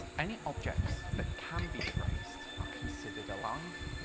any objects that can be traced are considered alive,